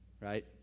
right